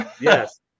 Yes